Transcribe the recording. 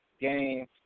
games